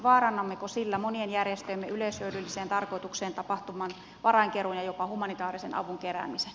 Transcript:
vaarannammeko sillä monien järjestöjemme yleishyödylliseen tarkoitukseen tapahtuvan varainkeruun ja jopa humanitaarisen avun keräämisen